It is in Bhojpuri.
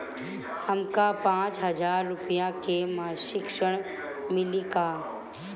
हमका पांच हज़ार रूपया के मासिक ऋण मिली का?